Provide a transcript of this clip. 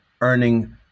earning